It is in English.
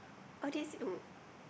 or they stay home